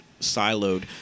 siloed